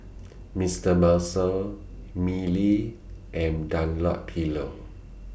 Mister Muscle Mili and Dunlopillo